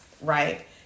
Right